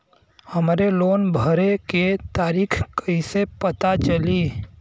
हमरे लोन भरे के तारीख कईसे पता चली?